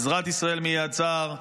"עזרת ישראל מיד צר",